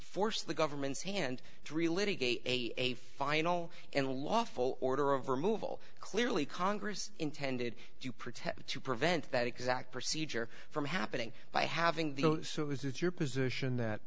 force the government's hand three litigate a final and lawful order of removal clearly congress intended to protect to prevent that exact procedure from happening by having the so is it your position that